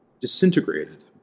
disintegrated